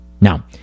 Now